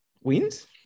Wins